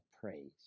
praise